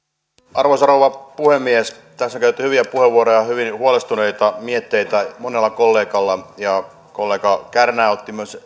arvoisa rouva puhemies tässä on käytetty hyviä puheenvuoroja ja hyvin huolestuneita mietteitä on monella kollegalla kollega kärnä otti